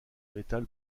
metal